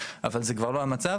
אבל זה כבר לא המצב.